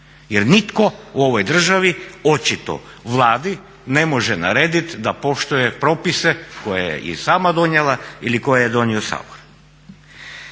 jer nitko u ovoj državi očito Vladi ne može narediti da poštuje propise koje je i sama donijela ili koje je donio Sabor.